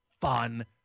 fun